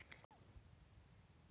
Cold storage का क्या उपयोग है?